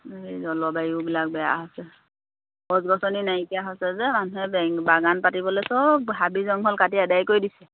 জলবায়ুবিলাক বেয়া হৈছে গছ গছনি নাইকিয়া হৈছে যে মানুহে বাগান পাতিবলৈ চব হাবি জংঘল কাটি আদায় কৰি দিছে